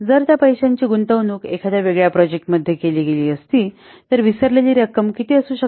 जर त्या पैशांची गुंतवणूक एखाद्या वेगळ्या प्रोजेक्ट मध्ये केली गेली असती तर विसरलेली रक्कम किती असू शकते